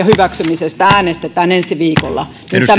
hyväksymisestä äänestetään ensi viikolla